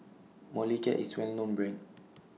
Molicare IS Well known Brand